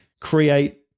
create